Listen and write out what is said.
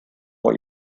what